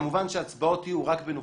כמובן שההצבעות יהיו רק בנוכחותי,